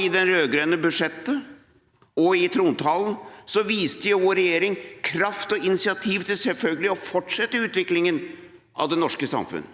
I det rød-grønne budsjettet og i trontalen viste jo vår regjering kraft og initiativ til selvfølgelig å fortsette utviklingen av det norske samfunn.